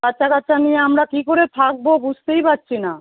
বাচ্চা কাচ্চা নিয়ে আমরা কী করে থাকবো বুঝতেই পারছি না